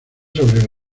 sobre